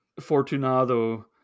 Fortunado